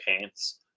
pants